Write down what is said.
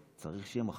צריך שתהיה מחלוקת,